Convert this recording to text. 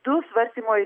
du svarstymo